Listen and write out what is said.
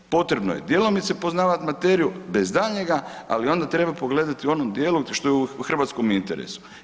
Potrebno je djelomice poznavati materiju, bez daljnjega, ali onda treba pogledati u onom dijelu što je u hrvatskom interesu.